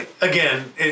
Again